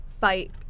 fight